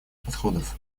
подходов